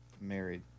Married